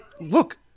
look